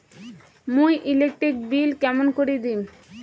মুই electric bill কেমন করি দিম?